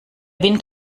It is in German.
wind